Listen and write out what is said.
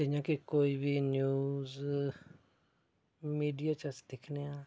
जि'यां केह् कोई बी न्यूज मिडिया च अस दिक्खने आं